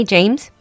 James